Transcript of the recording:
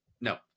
No